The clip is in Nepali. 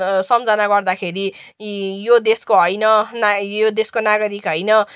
सम्झाना गर्दाखेरि यो देशको होइन यो देशको नागरिक होइन